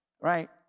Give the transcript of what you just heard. Right